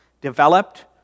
developed